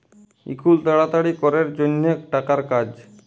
এখুল তাড়াতাড়ি ক্যরের জনহ টাকার কাজ